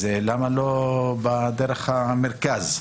למה לא דרך המרכז?